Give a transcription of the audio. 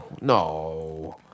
no